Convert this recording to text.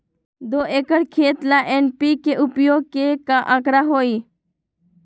दो एकर खेत ला एन.पी.के उपयोग के का आंकड़ा होई?